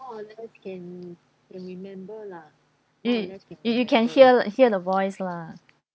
mm you you can hear hear the voice lah